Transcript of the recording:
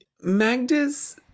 Magda's